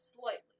slightly